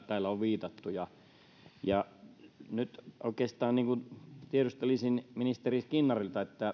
täällä on viitattu nyt oikeastaan tiedustelisin ministeri skinnarilta